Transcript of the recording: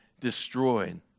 destroyed